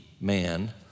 man